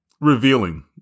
revealing